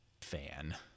fan